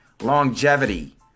Longevity